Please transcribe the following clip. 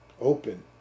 Open